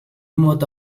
mota